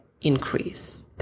increase